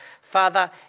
Father